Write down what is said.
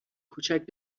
کوچیک